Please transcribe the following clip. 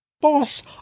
Boss